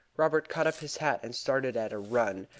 robert caught up his hat and started at a run,